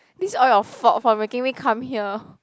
this all your fault for making me come here